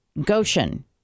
Goshen